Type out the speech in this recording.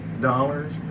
dollars